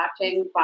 watching